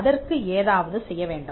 அதற்கு ஏதாவது செய்யவேண்டும்